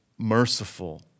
merciful